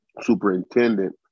superintendent